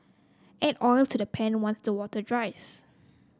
add oil to the pan once the water dries